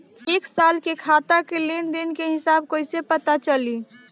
एक साल के खाता के लेन देन के हिसाब कइसे पता चली?